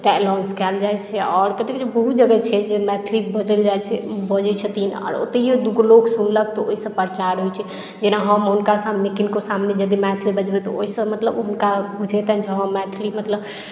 announce कयल जाइत छै आओर बहुत जगह छै जे मैथिली बाजल जाइत छै बजैत छथिन आओर ओतहियो दूगो लोक सुनलक तऽ ओहिसँ प्रचार होइत छै जेना हम हुनकासँ किनको सामने यदि मैथिली बजबै तऽ मतलब ओहिसँ हुनका बुझेतनि जे मैथिली मतलब